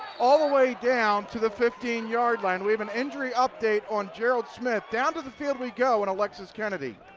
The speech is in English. all the way down to the fifteen yard line. we have an injury update on gerald smith. down to the field we go and alexis kennedy.